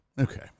Okay